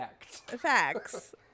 facts